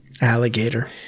Alligator